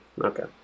Okay